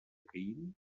caín